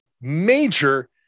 major